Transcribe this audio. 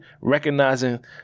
recognizing